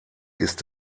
ist